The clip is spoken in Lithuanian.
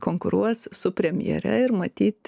konkuruos su premjere ir matyt